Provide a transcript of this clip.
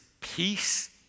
peace